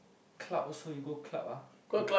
club also you go club ah